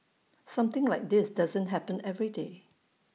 something like this doesn't happen every day